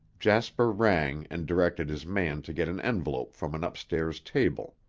jasper rang and directed his man to get an envelope from an upstairs table.